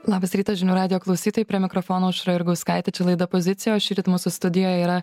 labas rytas žinių radijo klausytojai prie mikrofono aušra jurgauskaitė čia laida pozicija o šįryt mūsų studijoj yra